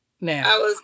now